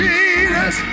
Jesus